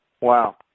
Wow